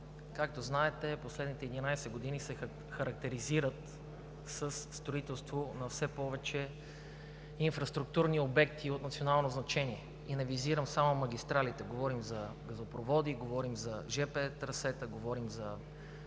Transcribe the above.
Както знаете, последните 11 години се характеризират със строителство на все повече инфраструктурни обекти от национално значение и не визирам само магистралите, говорим за газопроводи, говорим за жп трасета, говорим за,